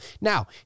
Now